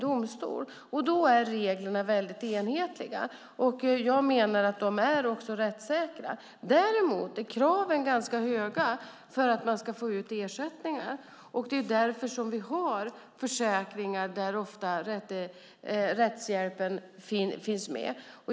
Då är reglerna enhetliga, och jag menar att de också är rättssäkra. Däremot är kraven ganska höga för att man ska kunna få ut ersättningar. Det är därför vi har försäkringar där rättshjälpen ofta finns med.